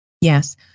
Yes